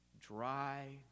dry